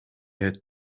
had